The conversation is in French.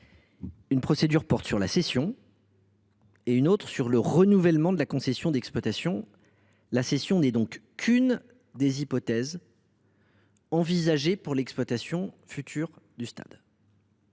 ces procédures porte sur la cession et l’autre sur le renouvellement de la concession d’exploitation. La cession n’est donc que l’une des hypothèses envisagées pour l’exploitation future du Stade.